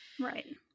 right